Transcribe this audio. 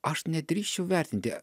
aš nedrįsčiau vertinti